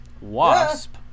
Wasp